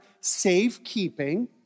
safekeeping